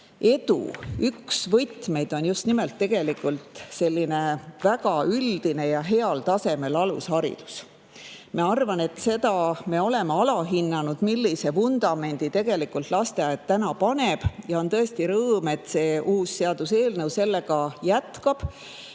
edu üks võtmeid on just nimelt väga üldine ja heal tasemel alusharidus. Ma arvan, et me oleme alahinnanud, millise vundamendi tegelikult lasteaed täna paneb, ja on tõesti rõõm, et see uus seaduseelnõu sellega jätkab.